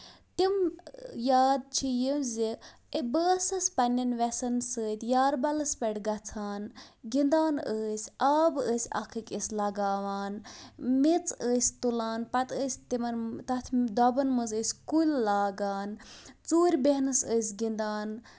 تِم یاد چھِ یہِ زِ بہٕ ٲسٕس پَنٕنٮ۪ن ویسن سۭتۍ یاربَلس پٮ۪ٹھ گژھان گنٛدان ٲسۍ آب ٲسۍ اکھ أکِس لگاوان میژٕ ٲسۍ تُلان پَتہٕ ٲسۍ تِمن تَتھ دۄبن منٛز ٲسۍ کُلۍ لاگان ژوٗرِ بیٚہنس ٲسۍ گِنٛدان